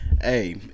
Hey